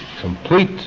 complete